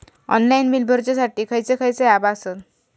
Online bill भरुच्यासाठी खयचे खयचे ऍप आसत?